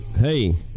Hey